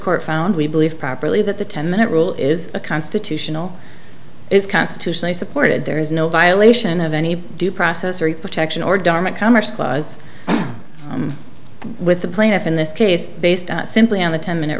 court found we believe properly that the ten minute rule is a constitutional is constitutionally supported there is no violation of any due process or the protection or dharma commerce clause with the plaintiff in this case based simply on the ten minute